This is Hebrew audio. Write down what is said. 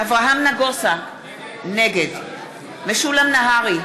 אברהם נגוסה, נגד משולם נהרי,